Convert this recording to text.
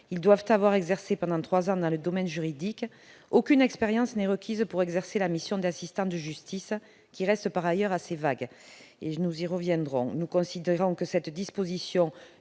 qui doivent avoir exercé pendant trois ans dans le domaine juridique, aucune expérience n'est requise pour exercer la mission d'assistant de justice, qui reste par ailleurs assez vague- nous y reviendrons. Nous considérons que cette disposition